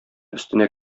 өстенә